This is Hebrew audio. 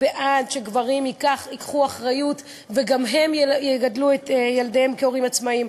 אני בעד שגברים ייקחו אחריות וגם הם יגדלו את ילדיהם כהורים עצמאים.